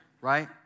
right